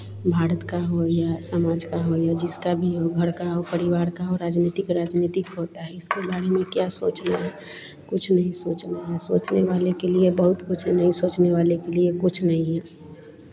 भारत का हो या समाज का हो या जिसका भी हो घर का हो परिवार का हो राजनीतिक राजनीतिक होता है इसके बारे में क्या सोचना है कुछ नहीं सोचना है सोचने वाले के लिए बहुत कुछ है नहीं सोचने वाले के लिए कुछ नहीं है